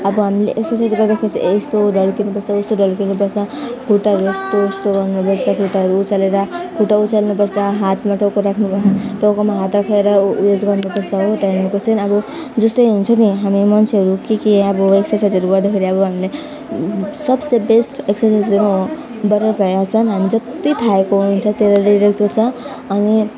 अब हामीले एक्सर्साइज गर्दाखेरि चाहिँ यस्तो ढल्किनु पर्छ उस्तो ढल्किनु पर्छ खुट्टाहरू यस्तो उस्तो गर्नु पर्छ खुट्टाहरू उचालेर खुट्टा उचाल्नु पर्छ हातमा टाउको राख्नु पर् टाउकोमा हात राखेर उयो गर्नु पर्छ त्यहाँदेखिको चाहिँ अब जस्तो हुन्छ नि हामी मान्छेहरू के के अब एक्सर्साइजहरू गर्दाखेरि अब हामीलाई सबसे बेस्ट एक्सर्साइज होइन बट्टरफ्लाई आसन हामी जति थाकेको हुन्छ त्यसले रिल्याक्स गराउँछ अनि